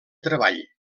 treball